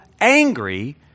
angry